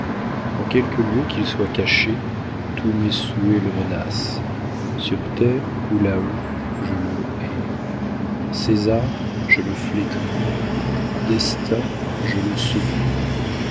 en quelque lieu qu'il soit caché tous mes souhaits le menacent sur terre ou là-haut je le hais césar je le flétris destin je le secoue